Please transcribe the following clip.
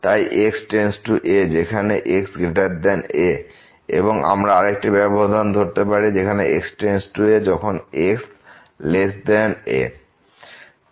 তাই a→x যেখানে xa এবং আমরা আরেকটি ব্যবধান ধরতে পারি যেখানে x→a যখন xa